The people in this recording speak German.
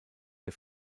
der